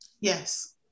Yes